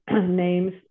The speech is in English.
names